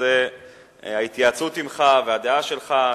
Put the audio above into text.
וזה ההתייעצות עמך והדעה שלך.